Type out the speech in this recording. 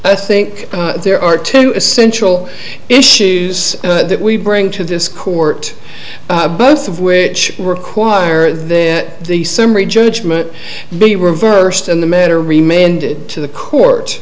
i think there are two essential issues that we bring to this court both of which require that the summary judgment be reversed in the matter remained to the court